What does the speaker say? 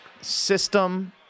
System